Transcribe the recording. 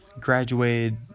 graduated